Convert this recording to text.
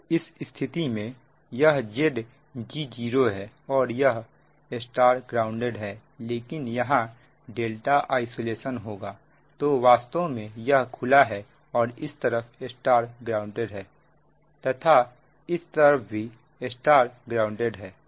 तो इस स्थिति में यह Zg0 है और यह Y ग्राउंडेड है लेकिन यहां ∆ आइसोलेशन होगा तो वास्तव में यह खुला है और इस तरफ Y ग्राउंडेड है तथा इस तरफ भी Y ग्राउंडेड है